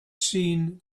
seen